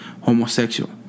homosexual